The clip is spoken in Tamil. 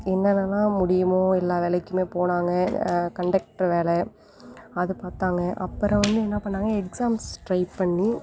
என்னன்னலாம் முடியுமோ எல்லா வேலைக்குமே போனாங்க கண்டக்டர் வேலை அது பார்த்தாங்க அப்புறம் வந்து என்ன பண்ணாங்க எக்ஸாம்ஸ் ட்ரை பண்ணி